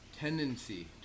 Tendency